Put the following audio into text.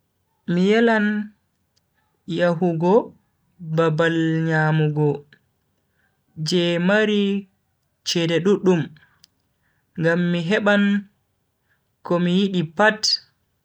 Mi yelan yahugo babal nyamugo je mari chede duddum ngam mi heban komi yidi pat.